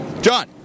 John